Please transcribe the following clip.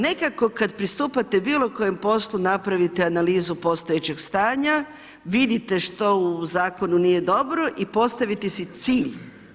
Nekako kad pristupate bilo kojem poslu napravite analizu postojećeg stanja, vidite što u zakonu nije dobro i postavite si cilj.